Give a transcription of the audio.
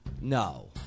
No